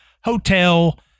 hotel